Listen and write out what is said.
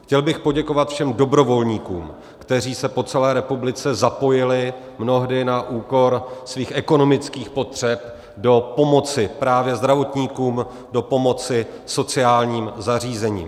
Chtěl bych poděkovat všem dobrovolníkům, kteří se po celé republice zapojili, mnohdy na úkor svých ekonomických potřeb, do pomoci právě zdravotníkům, do pomoci sociálním zařízením.